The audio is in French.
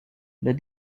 les